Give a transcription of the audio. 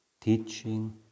teaching